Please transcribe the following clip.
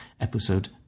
episode